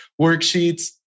worksheets